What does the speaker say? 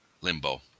limbo